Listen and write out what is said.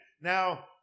Now